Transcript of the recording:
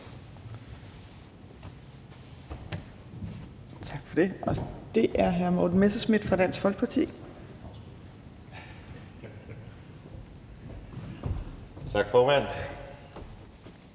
Tak for det, og det er hr. Morten Messerschmidt fra Dansk Folkeparti. Kl.